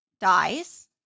dies